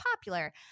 popular